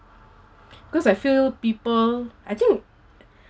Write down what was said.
cause I feel people I think